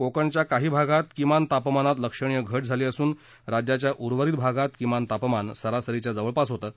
कोकणच्या काही भागात किमान तापमानात लक्षणीय घट झालीअसून राज्याच्या उर्वरित भागात किमान तापमान सरासरीच्या जवळपास होतं